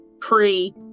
pre